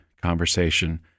conversation